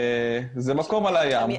זה מקום על הים,